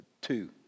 two